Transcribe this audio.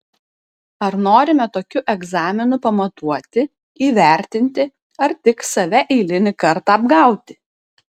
ar norime tokiu egzaminu pamatuoti įvertinti ar tik save eilinį kartą apgauti